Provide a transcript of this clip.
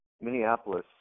Minneapolis